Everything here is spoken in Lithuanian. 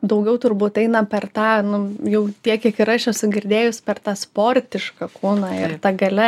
daugiau turbūt eina per tą nu jau tiek kiek ir aš esu girdėjus per tą sportišką kūną ir ta galia